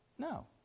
No